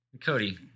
Cody